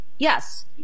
Yes